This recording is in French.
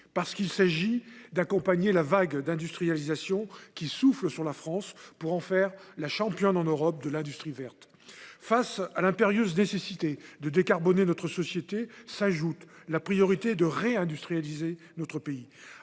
Parce qu’il s’agit d’accompagner la vague d’industrialisation qui souffle sur la France pour en faire la championne en Europe de l’industrie verte. À l’impérieuse nécessité de décarboner notre société s’ajoute la priorité de réindustrialiser notre pays.